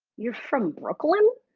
you're from brooklyn.